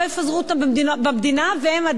והם עדיין מפוזרים במדינה.